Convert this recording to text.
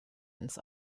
ins